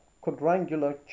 quadrangular